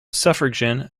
suffragan